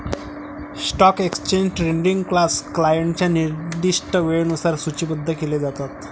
stock exchange trading तास क्लायंटच्या निर्दिष्ट वेळेनुसार सूचीबद्ध केले जातात